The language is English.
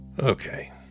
Okay